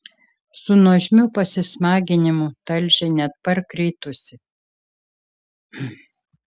su nuožmiu pasismaginimu talžė net parkritusį